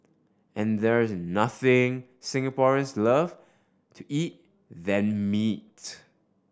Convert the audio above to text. and there is nothing Singaporeans love to eat than meat